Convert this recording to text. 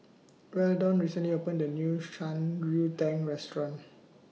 Weldon recently opened A New Shan Rui Tang Restaurant